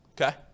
Okay